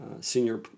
senior